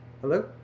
Hello